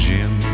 Jim